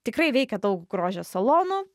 tikrai veikė daug grožio salonų